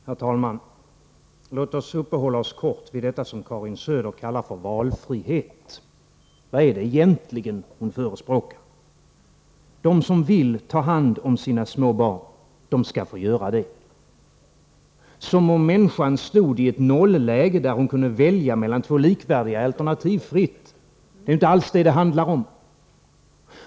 Herr talman! Låt oss uppehålla oss vid detta som Karin Söder kallar för valfrihet. Vad är det egentligen hon förespråkar? De som vill ta hand om sina små barn skall få göra det — som om människan stod i ett nolläge, där hon fritt kunde välja mellan två likvärdiga alternativ. Det är inte alls detta det handlar om.